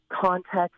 context